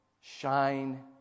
shine